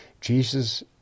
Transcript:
Jesus